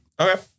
Okay